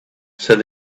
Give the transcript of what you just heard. said